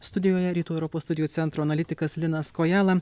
studijoje rytų europos studijų centro analitikas linas kojala